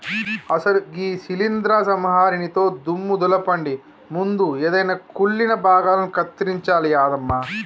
అసలు గీ శీలింద్రం సంహరినితో దుమ్ము దులపండి ముందు ఎదైన కుళ్ళిన భాగాలను కత్తిరించాలి యాదమ్మ